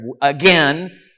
again